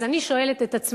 אז, אני שואלת את עצמנו: